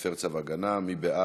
מפר צו הגנה), התשע"ז 2016. מי בעד?